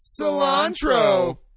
Cilantro